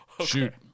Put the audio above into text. Shoot